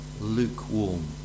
lukewarm